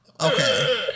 Okay